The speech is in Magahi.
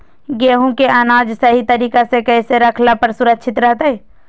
गेहूं के अनाज सही तरीका से कैसे रखला पर सुरक्षित रहतय?